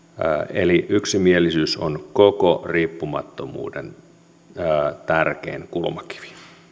eli yksimielisyys on koko riippumattomuuden tärkein kulmakivi